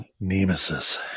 Nemesis